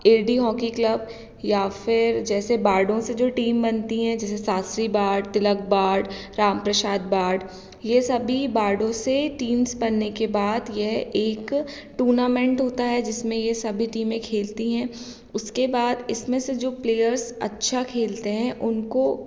AD hockey club या फ़िर जैसे बार्डों से जो टीम बनती हैं जैसे Shastri ward Tilak ward Ramprasad ward यह सभी बार्डों से टीम्स बनने के बाद यह एक टूर्नामेंट होता है जिसमें यह सभी टीमें खेलती हैं उसके बाद इसमें से जो प्लेयर्स अच्छा खेलते हैं उनको